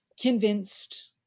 convinced